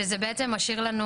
שזה בעצם משאיר לנו